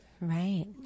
Right